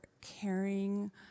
caring